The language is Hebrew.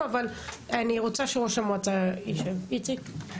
דובי כתב אותו, התאחדות החקלאים כתבה אותו.